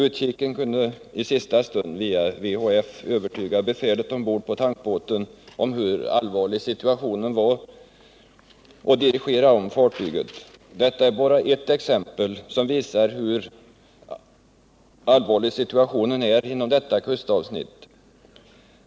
Utkiken kunde dock i sista stund via VHF-radio övertyga befälet ombord på tankbåten om hur allvarlig situationen var och dirigera om fartyget. Detta är bara ers exempel, som visar hur allvarlig situationen är inom detta kustavsnitt.